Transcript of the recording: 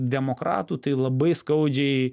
demokratų tai labai skaudžiai